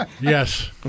Yes